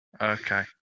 Okay